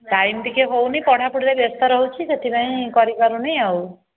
time ଟିକେ ହେଉନି ପଢ଼ାପଢ଼ିରେ ବ୍ୟସ୍ତ ରହୁଛି ସେଥିପାଇଁ କରିପାରୁନି ଆଉ